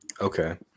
Okay